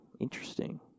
Interesting